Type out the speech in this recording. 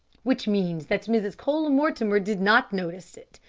which means that mrs. cole-mortimer did not notice it.